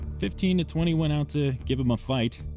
fifteen to twenty went out to give him a fight.